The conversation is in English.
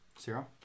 Zero